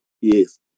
yes